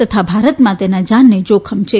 તથા ભારતમાં તેના જાનને જોખમ છે